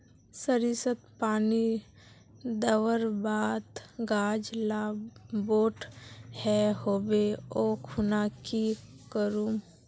सरिसत पानी दवर बात गाज ला बोट है होबे ओ खुना की करूम?